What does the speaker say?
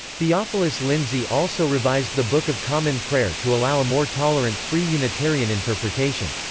theophilus lindsey also revised the book of common prayer to allow a more tolerant, free unitarian interpretation.